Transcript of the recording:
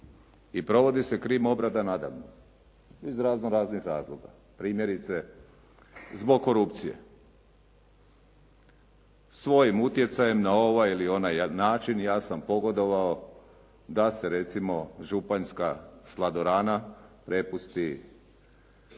I provodi se krim obrada nada mnom iz razno raznih razloga. Primjerice zbog korupcije. Svojim utjecajem na ovaj ili onaj način ja sam pogodovao da se recimo Županjska "Sladorana" prepusti,